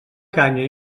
canya